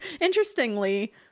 Interestingly